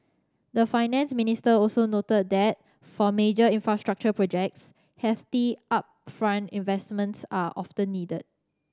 the Finance Minister also noted that for major infrastructure projects hefty upfront investments are often needed